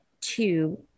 two